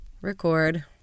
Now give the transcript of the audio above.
Record